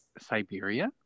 Siberia